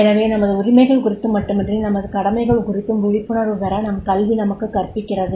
எனவே நமது உரிமைகள் குறித்து மட்டுமன்றி நமது கடமைகள் குறித்தும் விழிப்புணர்வு பெற நம் கல்வி நமக்கு கற்பிக்கிறது